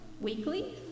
weekly